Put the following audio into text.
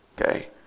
okay